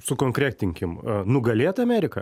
sukonkretinkim nugalėt ameriką